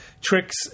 tricks